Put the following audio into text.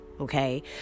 Okay